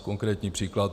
Konkrétní příklad?